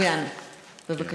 הוא יענה, בבקשה.